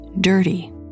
dirty